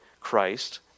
Christ